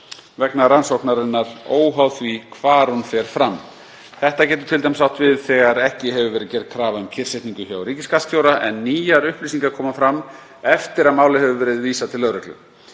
vegna rannsóknarinnar óháð því hvar hún fer fram. Þetta getur t.d. átt við þegar ekki hefur verið gerð krafa um kyrrsetningu hjá ríkisskattstjóra en nýjar upplýsingar koma fram eftir að máli hefur verið vísað til lögreglu.